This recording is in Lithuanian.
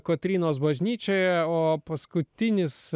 kotrynos bažnyčioje o paskutinis